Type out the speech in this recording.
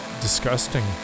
disgusting